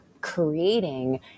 creating